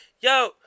yo